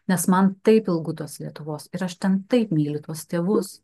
nes man taip ilgu tos lietuvos ir aš ten taip myliu tuos tėvus